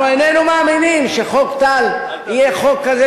אנחנו איננו מאמינים שחוק טל יהיה חוק כזה